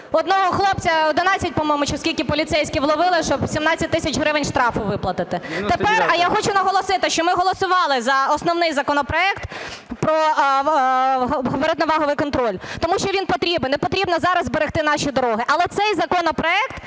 одного хлопця 11, по-моєму, чи скільки поліцейських ловили, щоб 17 тисяч гривень штрафу виплатити. Тепер, а я хочу наголосити, що ми голосували за основний законопроект про габаритно-ваговий контроль, тому що він потрібен, і потрібно зараз зберегти наші дороги. Але цей законопроект,